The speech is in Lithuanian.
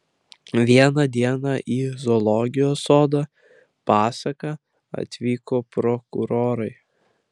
vieną dieną į zoologijos sodą pasaką atvyko prokurorai